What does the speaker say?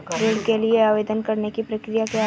ऋण के लिए आवेदन करने की प्रक्रिया क्या है?